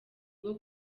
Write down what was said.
rwo